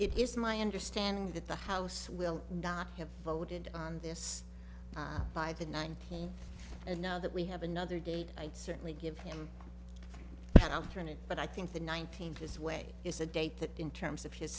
find it is my understanding that the house will not have voted on this by the nineteenth and now that we have another date i'd certainly give him an alternate but i think the nineteenth his way is a date that in terms of his